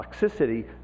toxicity